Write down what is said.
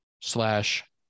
slash